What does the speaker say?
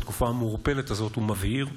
בתקופה המעורפלת הזאת הוא מבהיר.